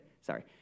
sorry